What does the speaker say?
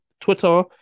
twitter